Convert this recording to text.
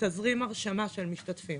תזרים הרשמה של משתתפים.